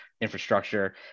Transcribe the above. infrastructure